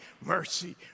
mercy